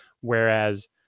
Whereas